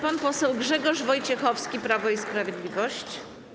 Pan poseł Grzegorz Wojciechowski, Prawo i Sprawiedliwość.